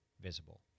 visible